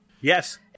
Yes